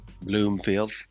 Bloomfield